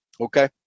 okay